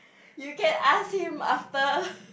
you can ask him after